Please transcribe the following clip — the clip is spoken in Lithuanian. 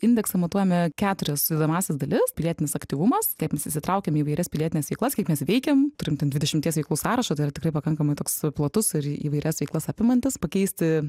indeksą matuojame keturias sudedamąsias dalis pilietinis aktyvumas kaip mes įsitraukiam į įvairias pilietines veiklas kiek mes veikiam turim ten dvidešimties veiklų sąrašą tai yra tikrai pakankamai toks platus ir įvairias veiklas apimantis pakeisti